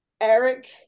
Eric